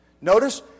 Notice